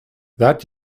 that